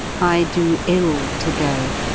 i do ill to go.